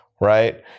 right